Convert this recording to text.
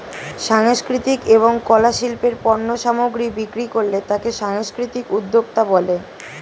সাংস্কৃতিক এবং কলা শিল্পের পণ্য সামগ্রী বিক্রি করলে তাকে সাংস্কৃতিক উদ্যোক্তা বলে